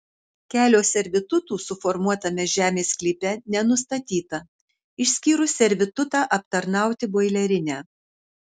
kelio servitutų suformuotame žemės sklype nenustatyta išskyrus servitutą aptarnauti boilerinę